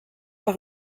par